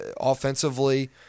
offensively